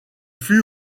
fut